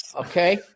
Okay